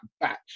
batch